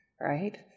right